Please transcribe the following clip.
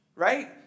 Right